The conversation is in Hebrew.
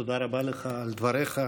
תודה רבה לך על דבריך.